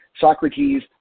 Socrates